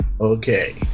okay